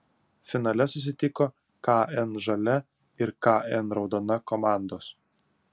finale susitiko kn žalia ir kn raudona komandos